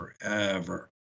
forever